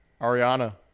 Ariana